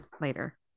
later